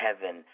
heaven